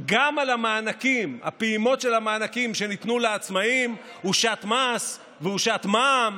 גם על הפעימות של המענקים שניתנו לעצמאים הושת מס והושת מע"מ.